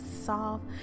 soft